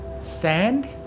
Sand